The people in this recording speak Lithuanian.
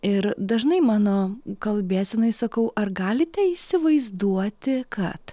ir dažnai mano kalbėsenai sakau ar galite įsivaizduoti kad